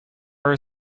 are